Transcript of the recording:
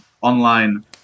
online